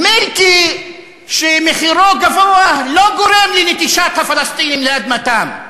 מילקי שמחירו גבוה לא גורם לנטישת הפלסטינים את אדמתם.